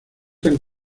tan